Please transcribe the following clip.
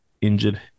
injured